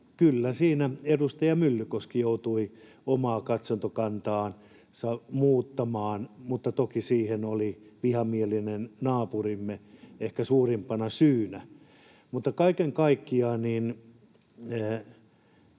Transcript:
Kyllä siinä edustaja Myllykoski joutui omaa katsantokantaansa muuttamaan, mutta toki siihen oli vihamielinen naapurimme ehkä suurimpana syynä. Mutta kaiken kaikkiaan,